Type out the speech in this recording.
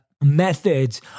methods